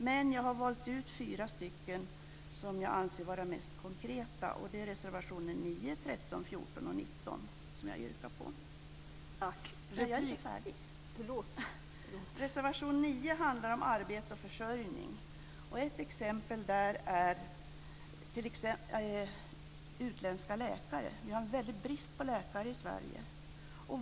Men jag har valt ut fyra stycken som jag anser vara mest konkreta; det är reservationerna 9, 13, 14 och 19, som jag yrkar bifall till. Reservation 9 handlar om arbete och försörjning. Ett exempel är utländska läkare. Vi har en väldig brist på läkare i Sverige.